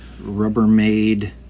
Rubbermaid